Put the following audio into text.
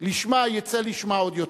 לשמה יצא לשמה עוד יותר.